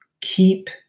keep